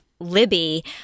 Libby